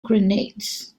grenades